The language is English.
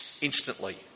instantly